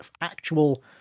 actual